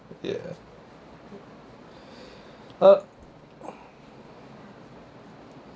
ya uh